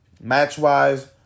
Match-wise